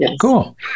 Cool